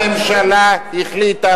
ראש הממשלה החליט,